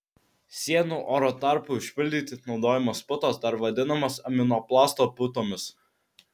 sienų oro tarpui užpildyti naudojamos putos dar vadinamos aminoplasto putomis